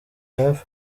hafi